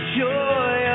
joy